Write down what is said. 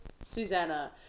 Susanna